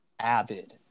avid